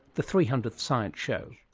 the three hundredth science show.